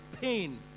pain